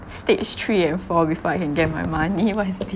stage three and four before I can get my money what is this